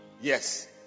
Yes